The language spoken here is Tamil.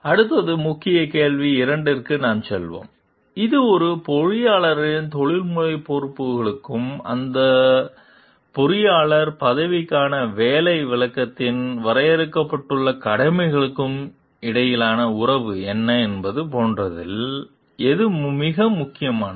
அடுத்து முக்கிய கேள்வி 2 க்கு நாம் செல்வோம் இது ஒரு பொறியியலாளரின் தொழில்முறை பொறுப்புகளுக்கும் அந்த பொறியாளர்கள் பதவிக்கான வேலை விளக்கத்தில் வரையறுக்கப்பட்டுள்ள கடமைகளுக்கும் இடையிலான உறவு என்ன என்பது போன்றதில் எது மிக முக்கியமானது